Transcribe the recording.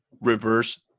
reverse